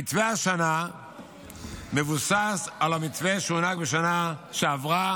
המתווה השנה מבוסס על המתווה שהונהג בשנה שעברה